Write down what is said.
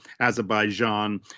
Azerbaijan